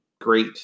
great